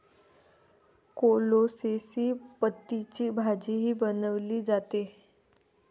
कोलोसेसी पतींची भाजीही बनवली जाते